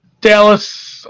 Dallas